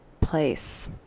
place